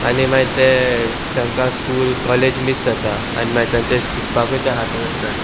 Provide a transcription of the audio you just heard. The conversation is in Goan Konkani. आनी मागीर ते तांकां स्कूल कॉलेज मीस जाता आनी मागीर तांचे शिकपाकूय ते फाटी व्हरतात